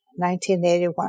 1981